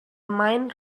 mind